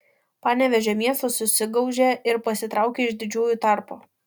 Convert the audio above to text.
panevėžio miestas susigaužė ir pasitraukė iš didžiųjų tarpo